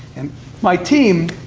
and my team